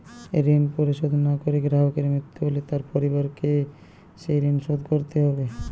ঋণ শোধ না করে গ্রাহকের মৃত্যু হলে তার পরিবারকে সেই ঋণ শোধ করতে হবে?